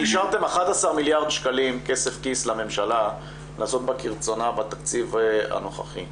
אישרתם 11 מיליארד שקלים כסף כיס לממשלה לעשות בה כרצונה בתקציב הנוכחי.